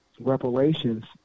Reparations